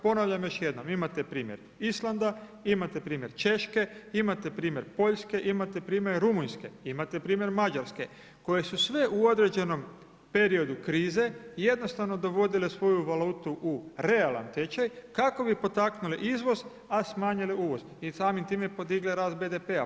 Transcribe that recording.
Ponavljam još jednom imate primjer Islanda, imate primjer Češke, imate primjer Poljske, imate primjer Rumunjske, imate primjer Mađarske, koje su sve u određenom periodu krize jednostavno dovodile svoju valutu u realan tečaj, kako bi potaknule izvoz, a smanjile uvoz i samim time podigle razvoj BDP-a.